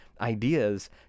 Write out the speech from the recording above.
ideas